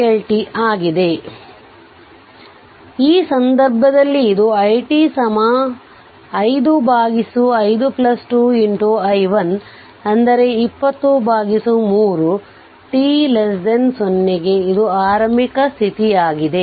ಆದ್ದರಿಂದ ಈ ಸಂದರ್ಭದಲ್ಲಿ ಇದು i 5 5 2 i1 203 t 0 ಗೆ ಇದು ಆರಂಭಿಕ ಸ್ಥಿತಿಯಾಗಿದೆ